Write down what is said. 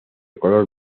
color